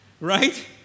right